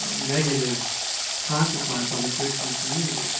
ah negative consequence on the christian community.